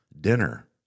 dinner